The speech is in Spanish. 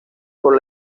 por